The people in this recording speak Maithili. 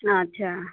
अच्छा